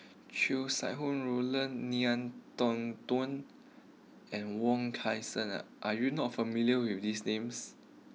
Chow Sau Roland Ngiam Tong Dow and Wong Kan Seng are you not familiar with these names